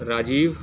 Rajiv